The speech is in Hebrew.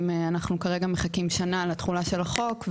אם אנחנו כרגע מחכים שנה לתחולה של החוק,